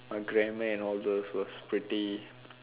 grammar and all those was pretty